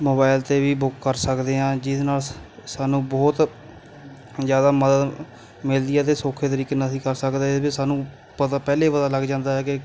mobile 'ਤੇ ਵੀ book ਕਰ ਸਕਦੇ ਹਾਂ ਜਿਹਦੇ ਨਾਲ ਸ ਸਾਨੂੰ ਬਹੁਤ ਜ਼ਿਆਦਾ ਮਦਦ ਮਿਲਦੀ ਹੈ ਅਤੇ ਸੌਖੇ ਤਰੀਕੇ ਨਾਲ ਅਸੀਂ ਕਰ ਸਕਦੇ ਇਹ ਵੀ ਸਾਨੂੰ ਪਤਾ ਪਹਿਲੇ ਪਤਾ ਲੱਗ ਜਾਂਦਾ ਹੈ ਕਿ